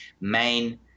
main